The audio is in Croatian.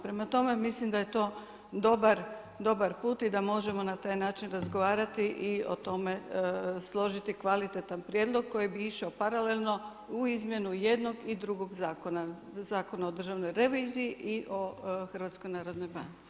Prema tome, mislim da je to dobar put i da možemo na taj način razgovarati i o tome složiti kvalitetan prijedlog koji bi išao paralelno u izmjenu jednog i drugog zakona, Zakona o državnoj reviziji i o Hrvatskoj narodnoj banci.